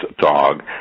dog